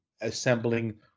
assembling